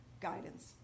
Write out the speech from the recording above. guidance